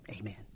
amen